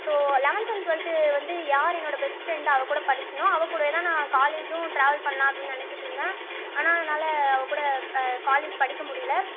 so eleventh and twelfth வந்து யார் என்னோடய பெஸ்ட் ஃபிரெண்ட் அவள்கூட படித்தேன்னோ அவள்கூடயே தான் நான் காலேஜும் ட்ராவல் பண்ணலாம் அப்படின்னு நினச்சிட்டுருந்தேன் ஆனால் என்னால் அவள்கூட காலேஜ் படிக்கமுடியலை